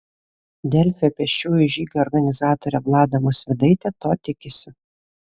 delfi pėsčiųjų žygio organizatorė vlada musvydaitė to tikisi